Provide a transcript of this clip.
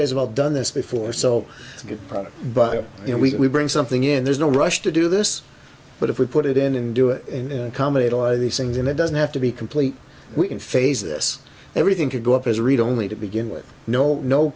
guys have all done this before so it's a good product but you know we bring something in there's no rush to do this but if we put it in and do it in comedy it all these things and it doesn't have to be complete we can face this everything could go up as a read only to begin with no no